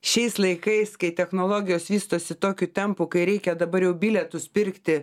šiais laikais kai technologijos vystosi tokiu tempu kai reikia dabar jau bilietus pirkti